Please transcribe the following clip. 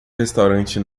restaurante